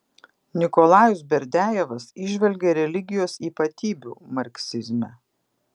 nikolajus berdiajevas įžvelgė religijos ypatybių marksizme